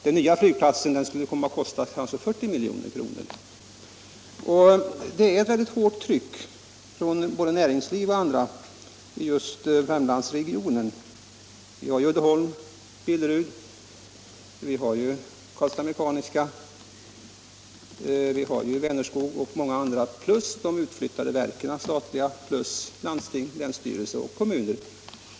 Den nya flygplatsen skulle komma att kosta kanske 40 milj.kr. Och det är ett väldigt hårt tryck både från näringslivet och från annat håll just i Värmlandsregionen. Vi har ju där Uddeholm, Billerud, Karlstads Mekaniska Werkstad, Vänerskog och många andra företag plus de utflyttade statliga verken och landstinget, länsstyrelsen och kommunen.